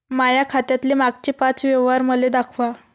माया खात्यातले मागचे पाच व्यवहार मले दाखवा